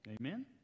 Amen